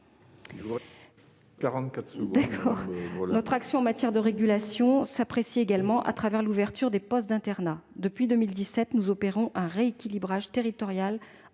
quantitatif. Notre action en matière de régulation s'apprécie également à travers l'ouverture des postes d'internat. Depuis 2017, nous opérons un rééquilibrage territorial